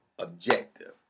objective